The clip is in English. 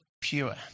pure